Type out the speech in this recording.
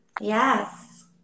Yes